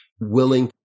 willing